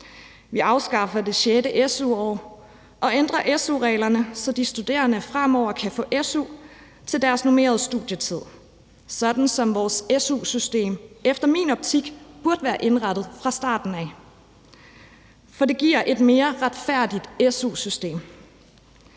Vi afskaffer det sjette su-år og ændrer su-reglerne, så de studerende fremover kan få su til deres normerede studietid, sådan som vores su-system efter min optik burde være indrettet fra starten af, for det giver et mere retfærdigt su-system.